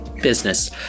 Business